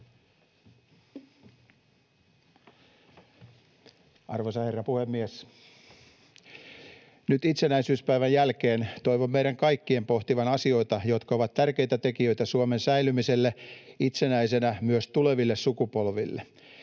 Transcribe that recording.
Arvoisa herra puhemies! Nyt itsenäisyyspäivän jälkeen toivon meidän kaikkien pohtivan asioita, jotka ovat tärkeitä tekijöitä Suomen säilymisessä itsenäisenä myös tuleville sukupolville.